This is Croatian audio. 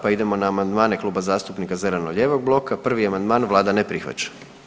Pa idemo na amandmane Kluba zastupnika zeleno-lijevog bloka, 1. amandman, vlada ne prihvaća.